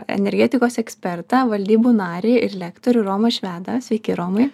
energetikos ekspertą valdybų narį ir lektorių romą švedą sveiki romai